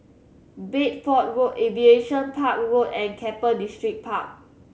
Bedford Road Aviation Park Road and Keppel Distripark